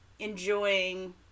enjoying